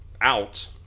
out